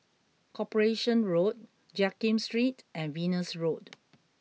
Corporation Road Jiak Kim Street and Venus Road